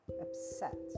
upset